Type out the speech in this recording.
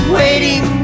waiting